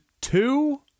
two